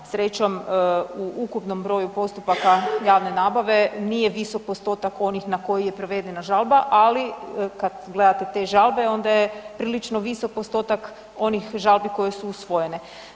Srećom u ukupnom broju postupaka javne nabave nije visok postotak onih na koji je prevedena žalba, ali kad gledate te žalbe onda je prilično visok postotak onih žalbi koje su usvojene.